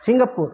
Singapore